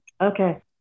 Okay